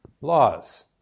laws